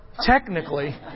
technically